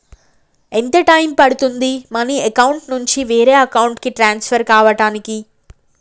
ఎంత టైం పడుతుంది money account నుంచి వేరే అకౌంట్ కి ట్రాన్స్ఫర్ కావటానికి?